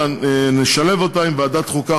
אלא נשלב אותה עם ועדת החוקה,